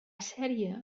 sèrie